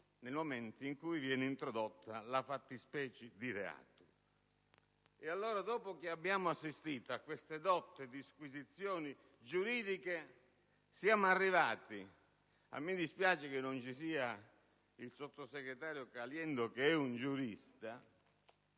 nel momento in cui viene introdotta la fattispecie di reato. E allora, dopo che abbiamo assistito a queste dotte disquisizioni giuridiche, siamo arrivati - a me dispiace non ci sia il sottosegretario Caliendo, che è un giurista